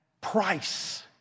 price